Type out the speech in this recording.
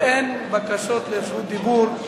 ואין בקשה לרשות דיבור,